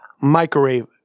microwave